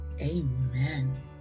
Amen